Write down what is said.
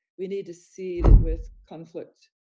we need to seed it with conflict,